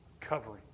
Covering